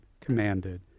commanded